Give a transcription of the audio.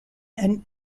and